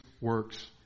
works